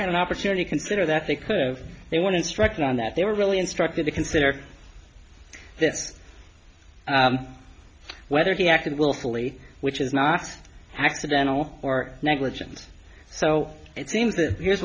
had an opportunity consider that they could have they wanted struck in on that they were really instructed to consider that's whether he acted willfully which is not accidental or negligence so it seems that here's